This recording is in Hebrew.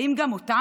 האם גם אותם